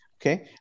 Okay